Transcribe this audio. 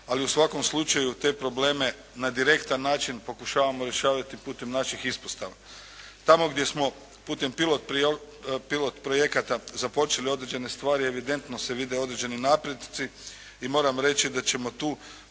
ali u svakom slučaju te probleme na direktan način pokušavamo rješavati putem naših ispostava. Tamo gdje smo putem pilot projekata započeti određene stvari evidentno se vide određeni napreci i moram reći da ćemo tu